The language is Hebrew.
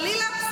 חלילה,